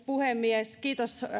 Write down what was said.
puhemies kiitos